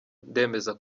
ndemeza